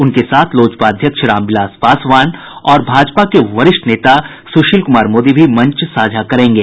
उनके साथ लोजपा अध्यक्ष रामविलास पासवान और भाजपा के वरिष्ठ नेता सुशील कुमार मोदी भी मंच साझा करेंगे